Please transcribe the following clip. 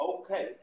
Okay